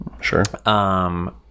Sure